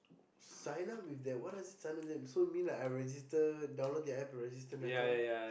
sign up with them what does sign up with them so mean like I register download the App register an account